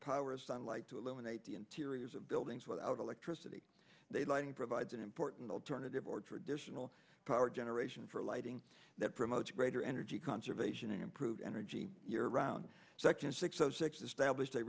power of sunlight to eliminate the interiors of buildings without electricity they lighting provides an important alternative or traditional power generation for lighting that promotes greater energy conservation and improved energy around s